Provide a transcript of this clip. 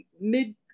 mid